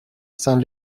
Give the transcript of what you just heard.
saint